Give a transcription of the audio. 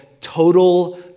total